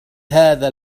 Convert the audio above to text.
هذا